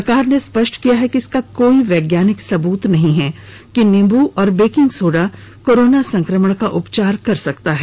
सरकार ने स्पष्ट किया है कि इसका कोई वैज्ञानिक सब्रूत नहीं है कि नीम्बू और बेकिंग सोडा कोरोना संक्रमण का उपचार कर सकता है